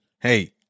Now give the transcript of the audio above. Hey